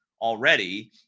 already